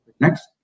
next